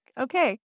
okay